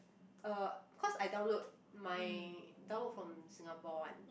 uh cause I download my download from Singapore one